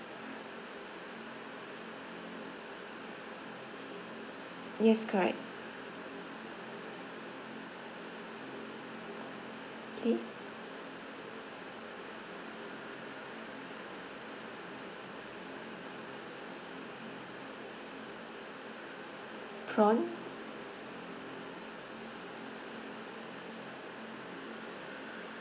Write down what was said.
yes correct K prawn